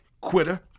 quitter